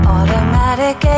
Automatic